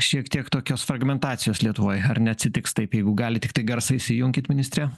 šiek tiek tokios fragmentacijos lietuvoj ar neatsitiks taip jeigu galit tiktai garsą įsijunkit ministre